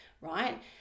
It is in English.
right